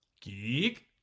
geek